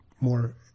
more